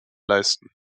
leisten